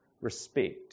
respect